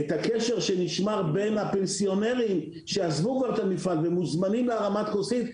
את הקשר שנשמר בין הפנסיונרים שעזבו כבר את המפעל ומוזמנים להרמת כוסית.